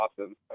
awesome